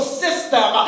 system